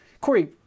Corey